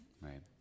Right